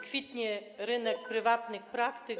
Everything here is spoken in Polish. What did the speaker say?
Kwitnie rynek prywatnych praktyk.